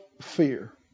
fear